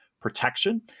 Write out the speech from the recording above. protection